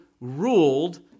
ruled